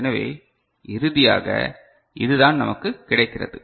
எனவே இறுதியாக இதுதான் நமக்குக் கிடைக்கிறது